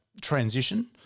transition